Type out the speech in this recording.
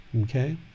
Okay